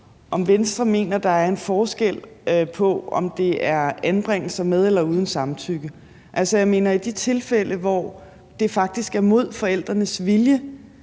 om Venstre mener, at det gør en forskel, om det er anbringelser med eller uden samtykke. Er det i de tilfælde, hvor det faktisk er mod forældrenes vilje,